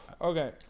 Okay